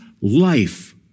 life